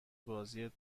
بازی